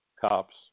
cops